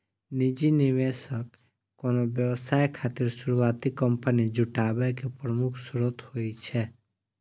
निजी निवेशक कोनो व्यवसाय खातिर शुरुआती पूंजी जुटाबै के प्रमुख स्रोत होइ छै